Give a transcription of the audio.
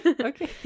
Okay